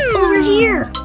over here!